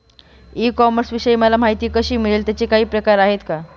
E कॉमर्सविषयी मला माहिती कशी मिळेल? त्याचे काही प्रकार आहेत का?